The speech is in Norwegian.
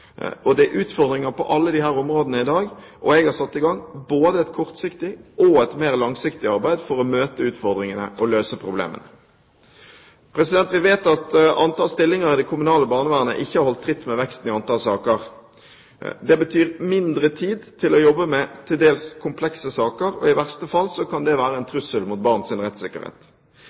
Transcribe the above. Det er utfordringer på alle disse områdene i dag, og jeg har satt i gang både et kortsiktig og et mer langsiktig arbeid for å møte utfordringene og løse problemene. Vi vet at antall stillinger i det kommunale barnevernet ikke har holdt tritt med veksten i antall saker. Det betyr mindre tid til å jobbe med til dels komplekse saker – i verste fall kan det være en trussel mot barns rettssikkerhet.